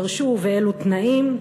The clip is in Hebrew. האם הן יתגרשו ובאילו תנאים.